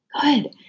Good